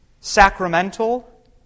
sacramental